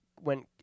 went